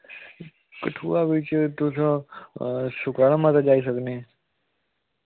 कठुआ बिच्च तुस सुकराला माता जाई सकने